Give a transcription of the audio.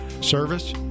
Service